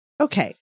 Okay